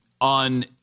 On